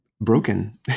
broken